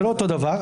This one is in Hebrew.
זה לא אותו הדבר.